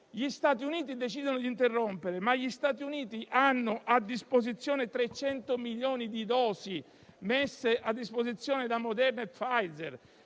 Gli Stati Uniti decidono di interrompere, ma gli Stati Uniti hanno 300 milioni di dosi messe a disposizione da Moderna e Pfizer.